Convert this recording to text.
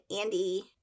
Andy